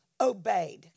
obeyed